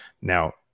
Now